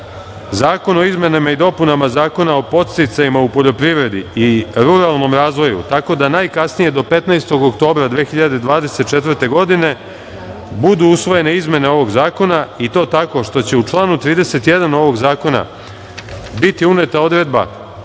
zakon o izmenama i dopunama Zakona o podsticajima u poljoprivredi i ruralnom razvoju, tako da najkasnije do 15. oktobra 2024. godine budu usvojene izmene ovog zakona i to tako što će u članu 31. ovog zakona biti uneta odredba